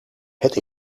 het